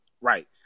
Right